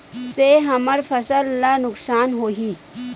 से हमर फसल ला नुकसान होही?